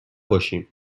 باشیم